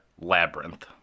Labyrinth